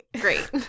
great